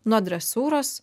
nuo dresūros